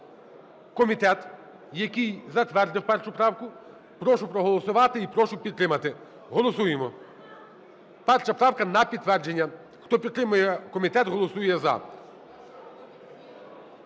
комітет, який затвердив першу правку, прошу проголосувати і прошу підтримати. Голосуємо, перша правка на підтвердження. Хто підтримує комітет, голосує "за".